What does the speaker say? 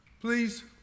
Please